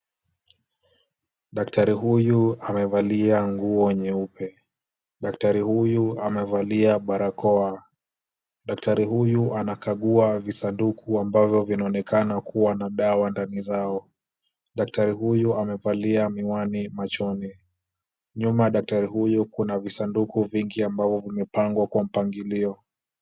Daktari huyu amevalia nguo nyeupe. Daktari huyu amevalia barakoa. Daktari huyu anakagua visanduku ambavyo vinaonekana kuwa na dawa ndani zao. Daktari huyu amevalia miwani machoni. Nyuma ya daktari huyu kuna visanduku vingi ambavyo vimepangwa kwa mpangilio.